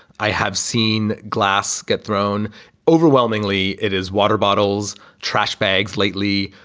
i have seen glass get thrown overwhelmingly. it is water bottles, trash bags lately.